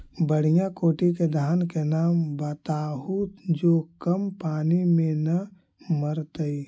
बढ़िया कोटि के धान के नाम बताहु जो कम पानी में न मरतइ?